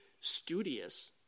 studious